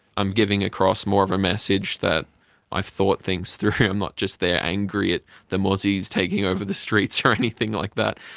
i'm giving across more of a message that i've thought things through. i'm not just there angry at the muzzies taking over the streets or anything like that.